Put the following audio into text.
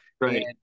right